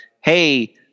Hey